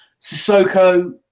Sissoko